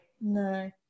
No